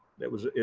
it was,